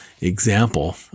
example